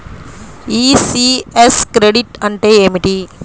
ECS credit అంటే ఏమిటి?